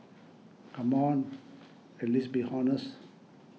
come on at least be honest